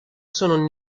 sono